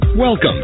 Welcome